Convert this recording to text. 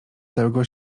całego